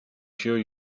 sure